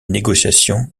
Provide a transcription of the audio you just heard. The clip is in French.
négociations